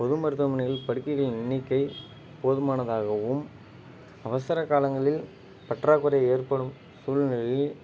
பொது மருத்துவமனைகளில் படுக்கைகளின் எண்ணிக்கை போதுமானதாகவும் அவசர காலங்களில் பற்றாக்குறை ஏற்படும் சூழ்நிலையில்